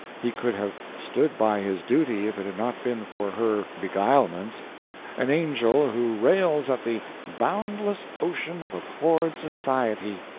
he could have stood by his duty if it had not been for her beguilements an angel who rails at the boundless ocean of abhorred society,